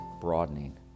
broadening